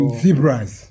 zebras